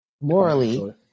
morally